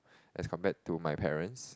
as compared to my parents